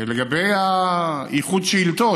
לגבי איחוד השאילתות,